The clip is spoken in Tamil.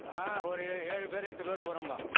ஒரு ஏ ஏழு பேரு எட்டு பேரு போகிறோம்பா